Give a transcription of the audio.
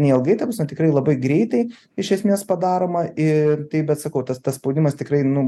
neilgai ta prasme tikrai labai greitai iš esmės padaroma ir taip bet sakau tas tas spaudimas tikrai nu